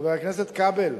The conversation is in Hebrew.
חבר הכנסת כבל,